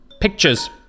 pictures